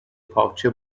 پاچه